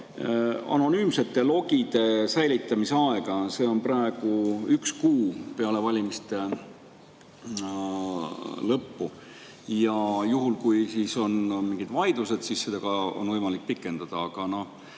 anonüümsete logide säilitamise aega. See on praegu üks kuu peale valimiste lõppu ja juhul, kui on mingid vaidlused, siis on seda võimalik pikendada. Aga no